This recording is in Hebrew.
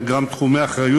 בבקשה,